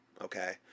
Okay